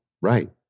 Right